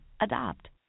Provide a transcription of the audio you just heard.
Adopt